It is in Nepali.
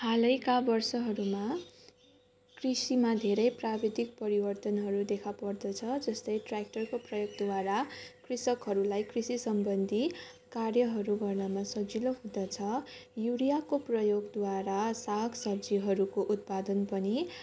हालैका वर्षहरूमा कृषिमा धेरै प्राविधिक परिवर्तनहरू देखा पर्दछ जस्तै ट्र्याक्टरको प्रयोगद्वारा कृषकहरूलाई कृषिसम्बन्धी कार्यहरू गर्नमा सजिलो हुँदछ युरियाको प्रयोगद्वारा साग सब्जीहरूको उत्पादन पनि